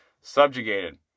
subjugated